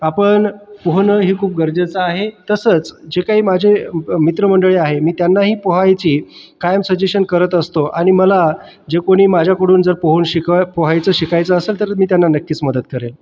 आपण पोहणं हे खूप गरजेचं आहे तसंच जे काय माझे मित्रमंडळी आहेत मी त्यांनाही पोहायची कायम सजेशन करत असतो आणि मला जे कोणी माझ्याकडून जर पोहून शिकत पोहायचं शिकायचं असेल मी त्यांना नक्कीच मदत करेल